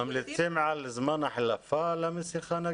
ממליצים על זמן החלפה של המסכה?